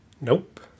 Nope